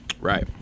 Right